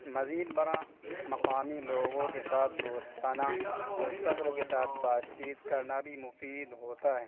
مزید برآں مقامی لوگوں کے ساتھ دوستانہ اور صبر کے ساتھ بات چیت کرنا بھی مفید ہوتا ہے